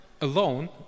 alone